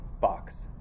box